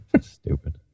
Stupid